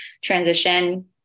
transition